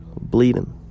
bleeding